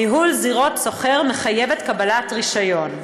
ניהול זירת סוחר מחייב קבלת רישיון.